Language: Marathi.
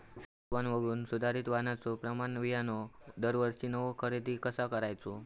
संकरित वाण वगळुक सुधारित वाणाचो प्रमाण बियाणे दरवर्षीक नवो खरेदी कसा करायचो?